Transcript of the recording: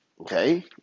okay